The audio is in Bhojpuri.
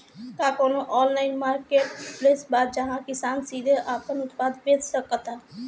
का कोनो ऑनलाइन मार्केटप्लेस बा जहां किसान सीधे अपन उत्पाद बेच सकता?